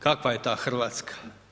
Kakva je ta Hrvatska?